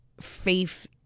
faith